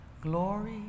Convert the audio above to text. Glory